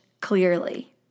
clearly